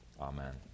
Amen